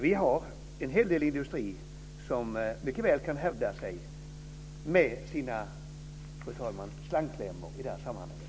Vi har en hel del industri som mycket väl kan hävda sig med sina slangklämmor, fru talman, i det här sammanhanget.